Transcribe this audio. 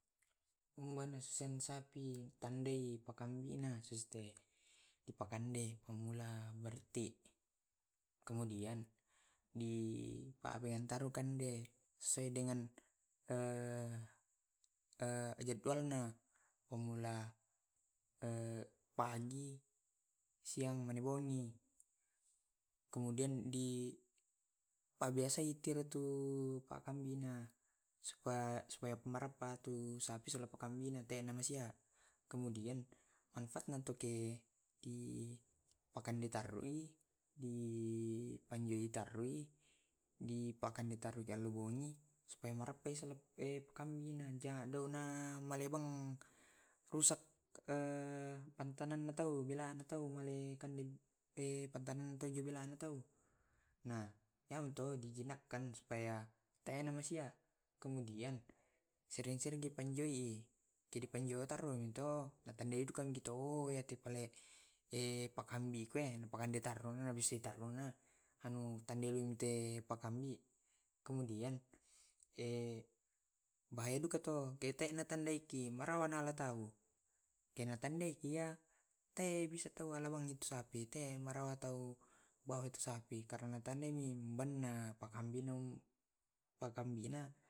Mana susan sapi tandai pakambina suster. Di pakande pemula berarti kemudian di pa abe taruhkan de sesuai dengan jadwalna pemula. Pagi, siang, mani bongi. Kemudian di pa biasiai til tuh pakambina supaya tu marabba tu sapi sela pakambina te manasia. Kemudian manfaatna to ke pakandi taro ii di panjui tarui di pakandi taru alo buni supaya marappa ii kambingna jangan douna malebang rusak tanahna tawwa belana tawwa male kande patanan tonju belana tawwa. Nah yamoto dijinakkan supaya tena masia kemudian sering sering ki panjoi ii kek di penjua tarro mi to na tandai kam kita o yati pale pakambiku na pakande tarrona hanu pakambi. Kemudian pae duka to kete na tandai ki merawana tau ke na tandai ki ia te bisa tau alamatnya itu sapi te merawa tau bawa itu sapi karna na tandai mi banna pakambina pakambina